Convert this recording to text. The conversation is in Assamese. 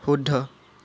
শুদ্ধ